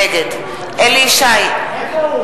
נגד אליהו ישי - איפה הוא?